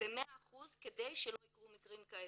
ב-100% כדי שלא יקרו מקרים כאלה.